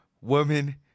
woman